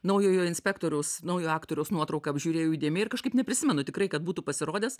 naujojo inspektoriaus naujo aktoriaus nuotrauką apžiūrėjau įdėmiai ir kažkaip neprisimenu tikrai kad būtų pasirodęs